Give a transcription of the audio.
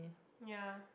ya